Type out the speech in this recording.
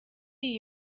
iyi